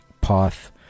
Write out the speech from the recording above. path